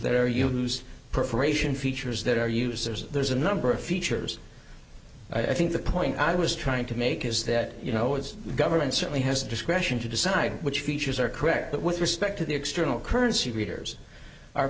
are used perforation features that are users there's a number of features i think the point i was trying to make is that you know it's government certainly has discretion to decide which features are correct but with respect to the external currency readers our